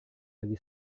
bagi